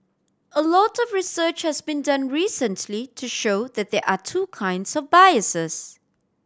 a lot of research has been done recently to show that there are two kinds of biases